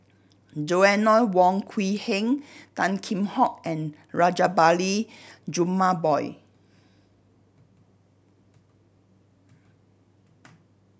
Joanna Wong Quee Heng Tan Kheam Hock and Rajabali Jumabhoy